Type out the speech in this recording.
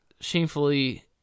shamefully